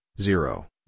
zero